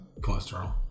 cholesterol